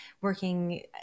working